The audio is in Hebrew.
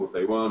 כמו טאיוואן,